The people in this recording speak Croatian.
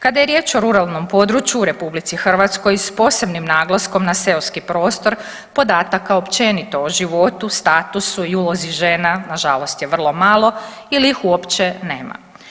Kada je riječ o ruralnom području u Republici Hrvatskoj s posebnim naglaskom na seoski prostor podataka općenito o životu, statusu i ulozi žena na žalost je vrlo malo ili ih uopće nema.